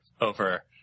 over